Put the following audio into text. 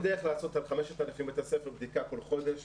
אין דרך לעשות על 5,000 בתי ספר בדיקה בכל חודש.